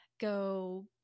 go